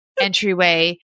entryway